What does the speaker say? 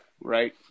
right